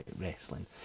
wrestling